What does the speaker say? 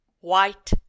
white